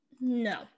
No